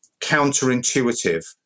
counterintuitive